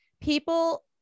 people